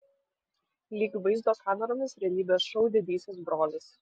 lyg vaizdo kameromis realybės šou didysis brolis